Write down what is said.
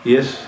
Yes